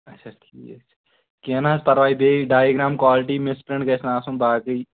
اچھا ٹھیٖک چھُ کیٚنٛہہ نہَ حظ پَرواے بیٚیہِ ڈایہِ گرام کالٹی بیٚیہِ مِس پرنٛٹ گژھِ نہٕ آسُن باقٕے